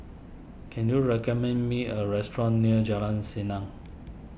can you recommend me a restaurant near Jalan Senang